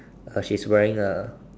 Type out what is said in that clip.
uh she's wearing a